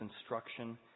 instruction